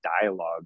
dialogue